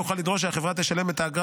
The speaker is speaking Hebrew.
הוא יוכל לדרוש שהחברה תשלם את האגרה